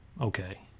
okay